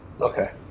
Okay